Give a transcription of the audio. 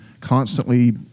constantly